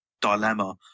dilemma